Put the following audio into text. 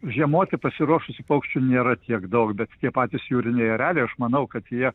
žiemoti pasiruošusių paukščių nėra tiek daug bet jie patys jūriniai ereliai aš manau kad jie